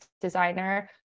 designer